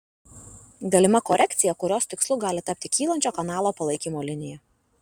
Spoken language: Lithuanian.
galima korekcija kurios tikslu gali tapti kylančio kanalo palaikymo linija